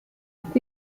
est